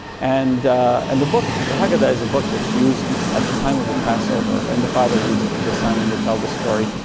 and and the book, the haggadah is a book that's used at the time of the passover, and the father reads it to the son and they tell the story,